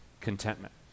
contentment